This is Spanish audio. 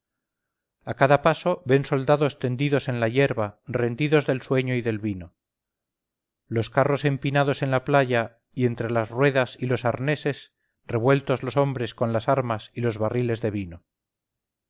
a cada paso ven soldados tendidos en la hierba rendidos del sueño y del vino los carros empinados en la playa y entre las ruedas y los arneses revueltos los hombres con las armas y los barriles de vino